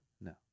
No